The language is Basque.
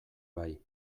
bai